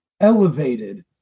elevated